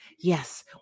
Yes